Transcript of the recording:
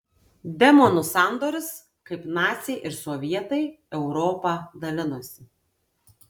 demonų sandoris kaip naciai ir sovietai europą dalinosi